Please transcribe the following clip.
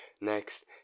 Next